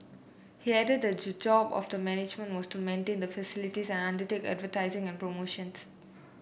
he added that job of the management was to maintain the facilities and undertake advertising and promotions